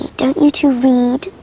don't you two read!